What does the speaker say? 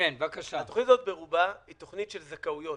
התוכנית הזו ברובה היא תוכנית של זכאויות,